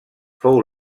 fou